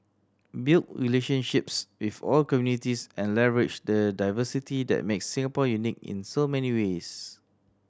build relationships with all communities and leverage the diversity that makes Singapore unique in so many ways